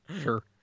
Sure